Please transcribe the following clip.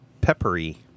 peppery